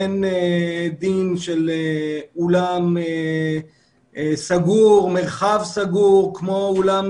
אין דין של אולם סגור, מרחב סגור כמו אולם